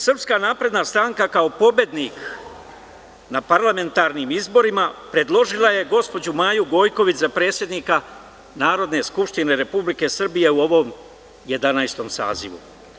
Srpska napredna stranka kao pobednik na parlamentarnim izborima predložila je gospođu Maju Gojković za predsednika Narodne skupštine Republike Srbije u ovom Jedanaestom sazivu.